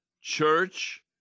church